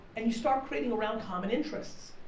and you start creating around common interests.